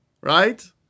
Right